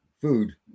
food